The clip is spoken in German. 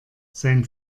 sein